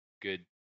good